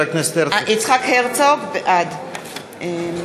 יצחק הרצוג, בעד